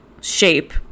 shape